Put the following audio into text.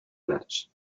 match